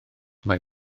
mai